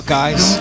guys